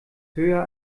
höher